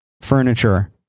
furniture